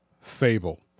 Fable